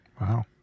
Wow